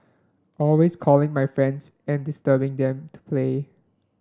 always calling my friends and disturbing them to play